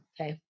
Okay